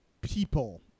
people